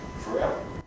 Forever